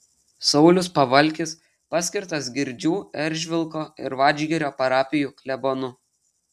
saulius pavalkis paskirtas girdžių eržvilko ir vadžgirio parapijų klebonu